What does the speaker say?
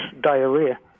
diarrhea